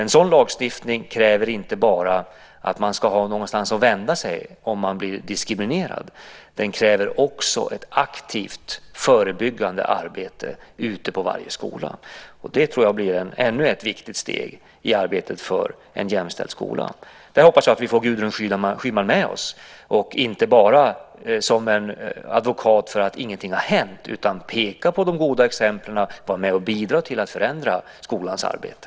En sådan lagstiftning kräver inte bara att man ska ha någonstans att vända sig om man blir diskriminerad. Den kräver också ett aktivt förebyggande arbete ute på varje skola. Det tror jag blir ännu ett viktigt steg i arbetet för en jämställd skola. Där hoppas jag att vi får Gudrun Schyman med oss, inte bara som en advokat för att ingenting har hänt utan som någon som pekar på de goda exemplen och är med och bidrar till att förändra skolans arbete.